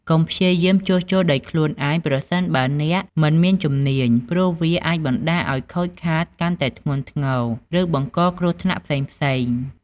កុំព្យាយាមជួសជុលដោយខ្លួនឯង ប្រសិនបើអ្នកមិនមានជំនាញ ព្រោះវាអាចបណ្ដាលឱ្យខូចខាតកាន់តែធ្ងន់ធ្ងរ ឬបង្កគ្រោះថ្នាក់ផ្សេងៗ។